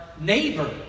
neighbor